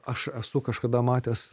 aš esu kažkada matęs